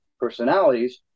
personalities